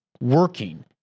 working